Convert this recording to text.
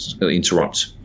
interrupt